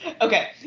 okay